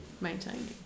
Maintaining